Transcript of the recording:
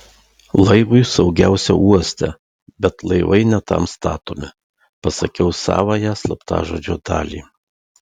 laivui saugiausia uoste bet laivai ne tam statomi pasakiau savąją slaptažodžio dalį